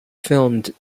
filmed